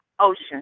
ocean